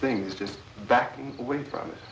things just backing away from it